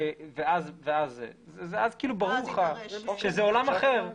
ואז זה ואז ברור לך שזה עולם אחר.